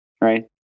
Right